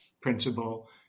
principle